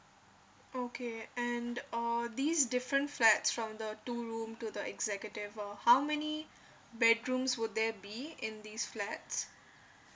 okay and uh these different flats from the two room to the executive uh how many bedrooms would there be in these flats